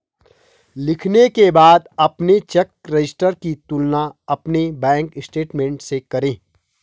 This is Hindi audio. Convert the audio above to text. लिखने के बाद अपने चेक रजिस्टर की तुलना अपने बैंक स्टेटमेंट से करें